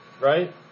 right